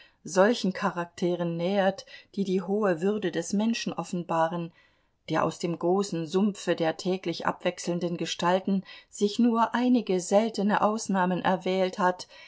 solchen charakteren nähert die die hohe würde des menschen offenbaren der aus dem großen sumpfe der täglich abwechselnden gestalten sich nur einige seltene ausnahmen erwählt hat